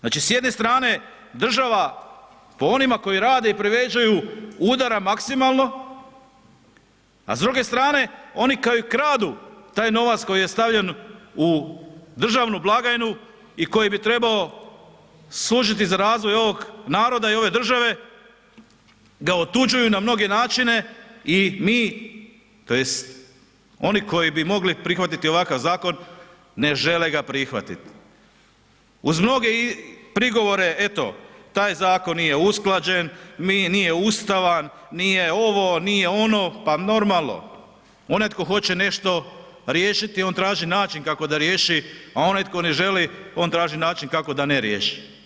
Znači, s jedne strane država po onima koji rade i privređuju, udara maksimalno, a s druge strane oni koji kradu taj novac koji je stavljen u državnu blagajnu i koji bi trebao služiti za razvoj ovog naroda i ove države, ga otuđuju na mnoge načine i mi tj. oni koji bi mogli prihvatiti ovakav zakon, ne žele ga prihvatit uz mnoge prigovore, eto, taj zakon nije usklađen, nije ustavan, nije ovo, nije ono, pa normalno, onaj tko hoće nešto riješiti on traži način kako da riješi, a onaj tko ne želi, on traži način kako da ne riješi.